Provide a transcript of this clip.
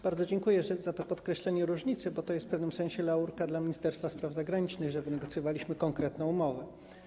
Bardzo dziękuję za to podkreślenie różnicy, bo to jest w pewnym sensie laurka dla Ministerstwa Spraw Zagranicznych, że wynegocjowaliśmy konkretną umowę.